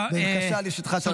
בבקשה, לרשותך שלוש דקות.